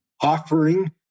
offering